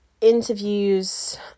interviews